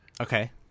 Okay